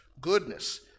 goodness